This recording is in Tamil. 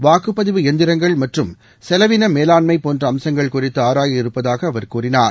வாக்குப்பதிவு எந்திரங்கள் மற்றும் செலவின மேலாண்மை போன்ற அம்சங்கள் குறித்து ஆராய இருப்பதாக அவர் கூறினார்